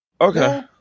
okay